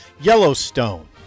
Yellowstone